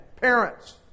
Parents